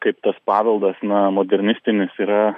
kaip tas paveldas na modernistinis yra